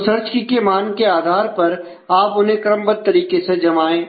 तो सर्च की के मान के आधार पर आप उन्हें क्रमबद्ध तरीके से जमाए